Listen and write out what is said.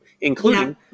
including